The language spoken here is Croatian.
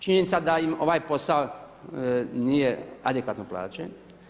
Činjenica da im ovaj posao nije adekvatno plaćen.